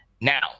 Now